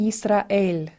Israel